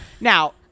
now